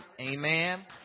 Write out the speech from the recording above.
Amen